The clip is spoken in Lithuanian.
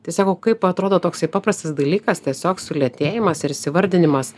tai sako kaip atrodo toksai paprastas dalykas tiesiog sulėtėjimas ir įsivardinimas